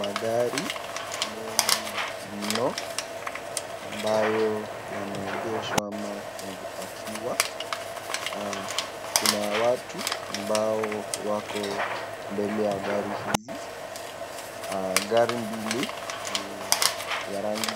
Magari mengi mno ambayo yamepakiwa Kuna watu ambao wako mbele ya gari hizi gari mbili ni